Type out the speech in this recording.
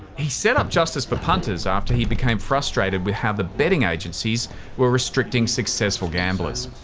he set up justice for punters after he became frustrated with how the betting agencies were restricting successful gamblers.